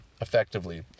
effectively